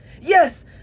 Yes